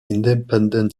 independent